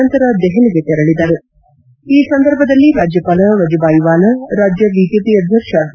ನಂತರ ದೆಹಲಿಗೆ ತೆರಳಿದರು ಈ ಸಂದರ್ಭದಲ್ಲಿ ರಾಜ್ಯಪಾಲ ವಜುಬಾಯಿ ವಾಲಾ ರಾಜ್ಯ ಬಿಜೆಪಿ ಅಧ್ಯಕ್ಷ ಬಿ